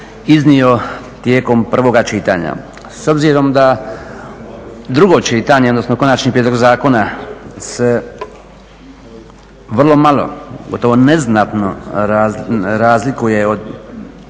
iznio tijekom prvoga čitanja. S obzirom da drugo čitanje, odnosno konačni prijedlog zakona se vrlo malo, gotovo neznatno razlikuje od